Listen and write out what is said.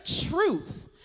truth